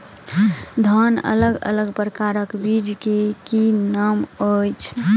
धान अलग अलग प्रकारक बीज केँ की नाम अछि?